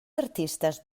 artistes